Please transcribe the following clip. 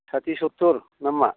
छाति चुत्तुर ना मा